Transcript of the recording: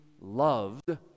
loved